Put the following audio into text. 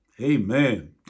Amen